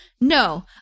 No